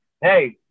hey